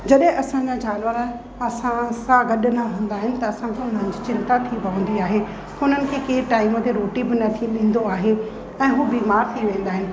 जॾहिं असां जा जानवर असां सां गॾु न हूंदा आहिनि त असां खे उन्हनि जी चिंता थी पवंदी आहे उन्हनि खे केरु टाइम ते रोटी बि नथी ॾींदो आहे ऐं हू बीमारु थी वेंदा आहिनि